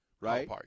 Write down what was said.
right